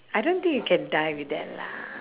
I don't think you can die with that lah